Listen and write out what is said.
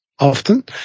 often